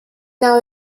now